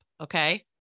Okay